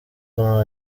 too